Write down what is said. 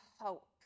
hope